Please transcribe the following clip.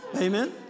Amen